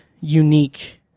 unique